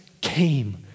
came